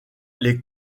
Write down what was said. les